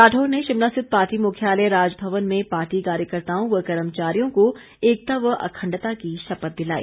राठौर ने शिमला स्थित पार्टी मुख्यालय राजभवन में पार्टी कार्यकर्त्ताओं व कर्मचारियों को एकता व अखंडता की शपथ दिलाई